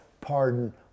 pardon